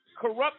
corrupt